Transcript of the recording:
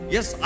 Yes